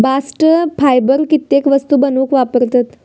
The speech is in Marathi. बास्ट फायबर कित्येक वस्तू बनवूक वापरतत